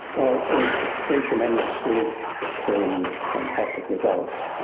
well, it's been tremendous, we've seen fantastic results.